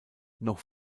noch